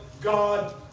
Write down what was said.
God